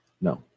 No